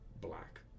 black